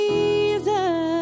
Jesus